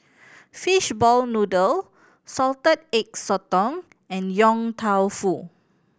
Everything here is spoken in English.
fishball noodle Salted Egg Sotong and Yong Tau Foo